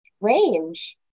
Range